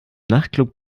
nachtclub